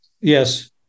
yes